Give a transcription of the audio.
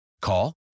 Call